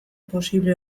posible